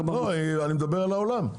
אני מדבר על העולם.